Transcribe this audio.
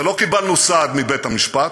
ולא קיבלנו סעד מבית-המשפט,